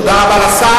תודה רבה לשר.